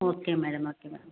okay madam okay madam